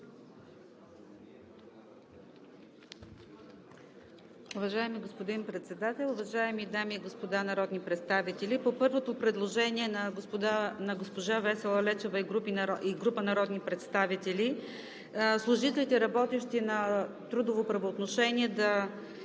Уважаеми господин Председател, уважаеми дами и господа народни представители! По първото предложение на госпожа Весела Лечева и група народни представители – служителите, работещи на трудово правоотношение в